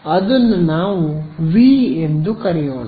ಅದನ್ನು ನಾವು ವಿ ಎಂದು ಕರೆಯೋಣ